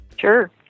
Sure